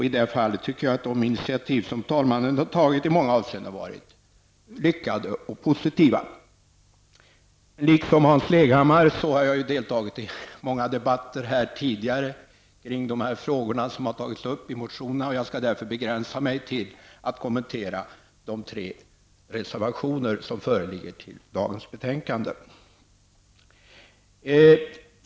I detta fall anser jag att de initiativ som talmannen tagit i många avseenden varit lyckade och positiva. Jag har liksom Hans Leghammar här i kammaren deltagit i många debatter kring de frågor som tagits upp i motionerna. Jag skall därför begränsa mig till att kommentera de tre reservationer som fogats till det betänkande som behandlas i dag.